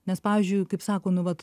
nes pavyzdžiui kaip sako nu vat